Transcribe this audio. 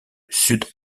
sud